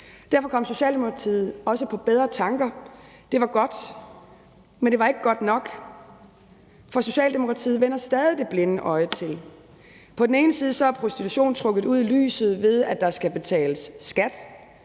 Derfor kom Socialdemokratiet også på bedre tanker. Det var godt, men det var ikke godt nok, for Socialdemokratiet sætter stadig kikkerten for det blinde øje. På den ene side er prostitutionen trukket ud i lyset, ved at der skal betales skat